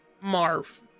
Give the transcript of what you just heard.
Marv